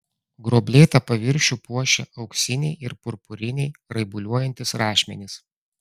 gruoblėtą paviršių puošė auksiniai ir purpuriniai raibuliuojantys rašmenys